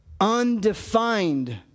undefined